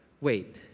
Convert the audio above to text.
wait